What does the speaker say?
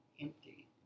empty